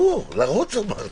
גור, לרוץ אמרתי.